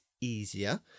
easier